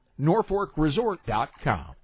NorfolkResort.com